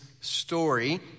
story